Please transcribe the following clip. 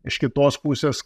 iš kitos pusės